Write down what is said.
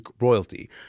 royalty